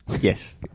Yes